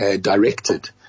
directed